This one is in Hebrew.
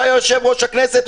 שהיה יושב-ראש הכנסת,